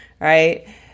right